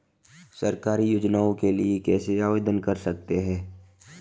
सरकारी योजनाओं के लिए कैसे आवेदन कर सकते हैं?